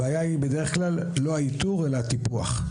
הבעיה היא בדרך כלל לא האיתור אלא הטיפוח,